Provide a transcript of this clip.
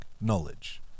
knowledge